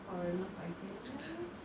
and